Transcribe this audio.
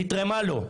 נתרמה לו.